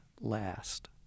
last